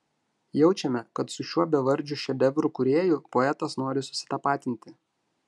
jaučiame kad su šiuo bevardžiu šedevrų kūrėju poetas nori susitapatinti